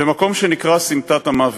במקום שנקרא "סמטת המוות".